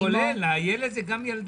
אבל זה כולל, הילד זה גם ילדה.